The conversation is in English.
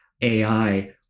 AI